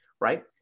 right